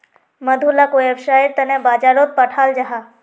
मधु लाक वैव्सायेर तने बाजारोत पठाल जाहा